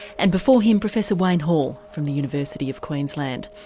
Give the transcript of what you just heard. and before him professor wayne hall from the university of queensland.